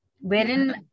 wherein